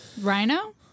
Rhino